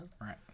right